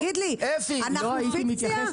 תגיד לי, אנחנו פיקציה?